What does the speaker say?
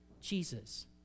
Jesus